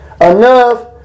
enough